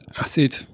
acid